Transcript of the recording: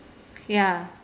ya